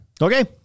okay